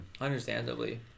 Understandably